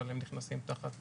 אבל הם נכנסים תחת